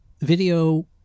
video